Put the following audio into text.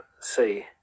see